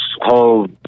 whole